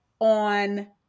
on